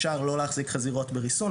אפשר לא להחזיק חזירות בריסון,